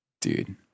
Dude